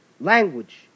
language